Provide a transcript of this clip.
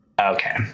Okay